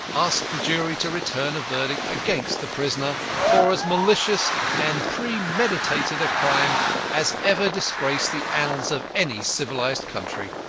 asked the jury to return a verdict against the prisoner for as malicious and premeditated a crime as ever disgraced the annals of any civilised country.